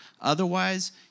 Otherwise